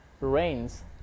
rains